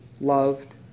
loved